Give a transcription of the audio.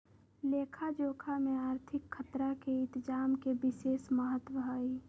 लेखा जोखा में आर्थिक खतरा के इतजाम के विशेष महत्व हइ